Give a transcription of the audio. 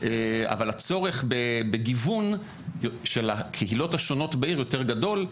אבל הצורך בגיוון של הקהילות השונות בעיר יותר גדול,